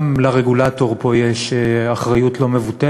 גם לרגולטור יש פה אחריות לא מבוטלת,